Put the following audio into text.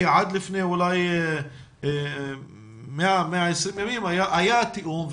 כי עד לפני אולי 120 ימים היה תיאום,